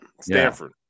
Stanford